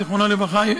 זיכרונו לברכה,